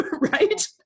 Right